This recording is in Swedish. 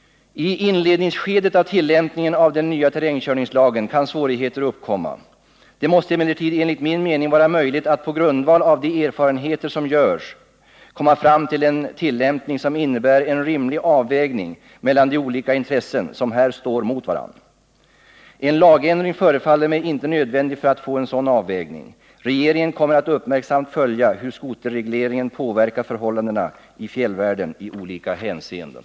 I inledningsskedet av tillämpningen av den nya terrängkörningslagen kan svårigheter uppkomma. Det måste emellertid enligt min mening vara möjligt att på grundval av de erfarenheter som görs komma fram till en tillämpning som innebär en rimlig avvägning mellan de olika intressen som här står emot varandra. En lagändring förefaller mig inte nödvändig för att få en sådan avvägning. Regeringen kommer att uppmärksamt följa hur skoterregleringen påverkar förhållandena i fjällvärlden i olika hänseenden.